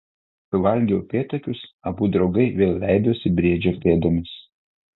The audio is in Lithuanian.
suvalgę upėtakius abu draugai vėl leidosi briedžio pėdomis